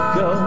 go